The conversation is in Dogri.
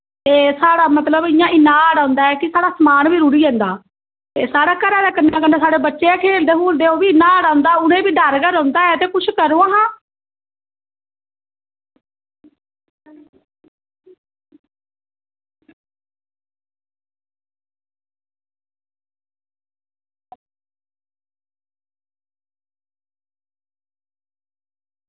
साढ़ै मतलव इन्नी हाड़ औंदा ऐ कि साढ़ा समान बी रुढ़ी जंदा साढ़े घऱै दै कं'ढे कं'ढे साढ़े बच्चे बी खेलदे खूड़दे उन्ना हाड़ औंदा ऐ ते ओह् बी डर गै रौंह्दा ऐ ते कुश करो हां